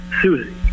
Susie